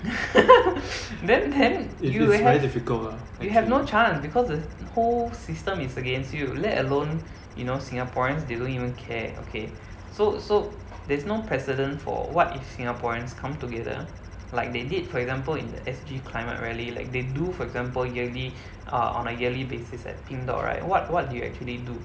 then then you will have you have no chance because the whole system is against you let alone you know singaporeans they don't even care okay so so there's no precedent for what if singaporeans come together like they did for example in the S_G climate rally like they do for example yearly uh on a yearly basis at pink dot right what what do you actually do